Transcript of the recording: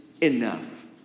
enough